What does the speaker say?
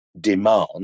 Demand